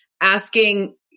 asking